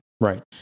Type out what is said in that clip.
right